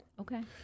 Okay